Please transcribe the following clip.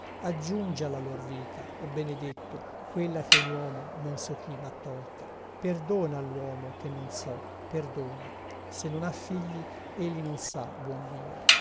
aggiungi alla lor vita o benedetto quella che un uomo non so chi mha tolta perdona alluomo che non so perdona se non ha figli egli non sa buon dio